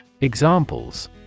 Examples